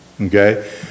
Okay